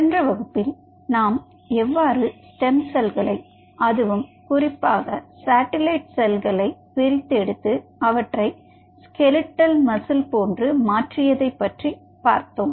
சென்ற வகுப்பில் நாம் எவ்வாறு ஸ்டெம் செல்களை அதுவும் குறிப்பாக சாட்டிலைட் செல்களை பிரித்தெடுத்து அவற்றை ஸ்கெலிடல் மசில் போன்று மாற்றியதை பற்றி பார்ப்போம்